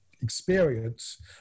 experience